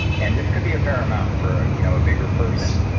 and this could be a fair amount for you know a bigger person,